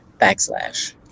backslash